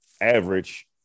average